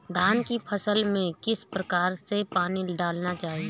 धान की फसल में किस प्रकार से पानी डालना चाहिए?